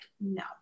no